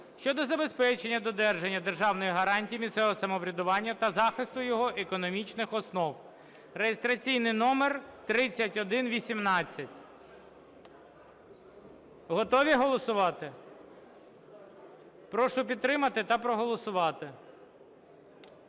щодо забезпечення додержання державних гарантій місцевого самоврядування та захисту його економічних основ (реєстраційний номер 3118). Готові голосувати? Прошу підтримати та проголосувати.